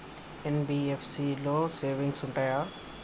NBFC లో savings ఉంటయా?